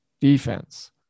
defense